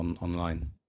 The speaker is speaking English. online